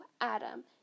Adam